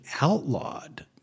outlawed